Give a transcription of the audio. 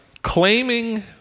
claiming